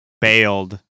bailed